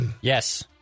Yes